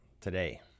today